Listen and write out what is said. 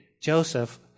joseph